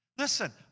Listen